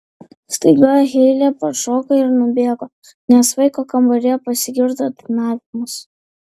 staiga heile pašoko ir nubėgo nes vaiko kambaryje pasigirdo dainavimas